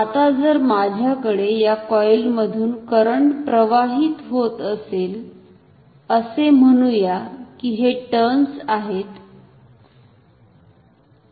आता जर माझ्याकडे या कॉईल मधुन करंट प्रवाहित होत असेल असे म्हणूया की हे टर्न्स आहेत